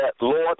Lord